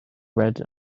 red